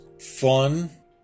fun